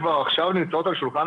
ויש גם את הנציגים של המשרדים האחרים,